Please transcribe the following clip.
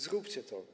Zróbcie to.